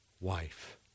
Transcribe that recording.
wife